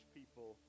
people